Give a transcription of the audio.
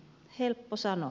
helppo sanoa